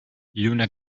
lluna